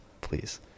Please